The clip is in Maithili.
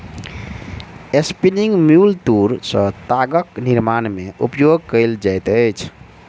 स्पिनिंग म्यूल तूर सॅ तागक निर्माण में उपयोग कएल जाइत अछि